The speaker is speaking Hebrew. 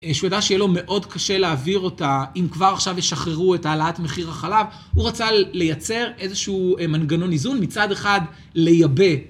שהוא ידע שיהיה לו מאוד קשה להעביר אותה, אם כבר עכשיו ישחררו את העלאת מחיר החלב, הוא רצה לייצר איזשהו מנגנון איזון, מצד אחד לייבא...